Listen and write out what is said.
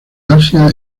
asia